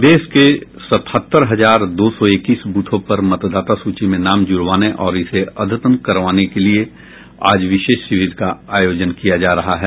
प्रदेश के सतहत्तर हजार दो सौ इक्कीस ब्रथों पर मतदाता सूची में नाम जुड़वाने और इसे अद्यतन करने के लिए आज विशेष शिविर का आयोजन किया जा रहा है